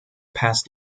past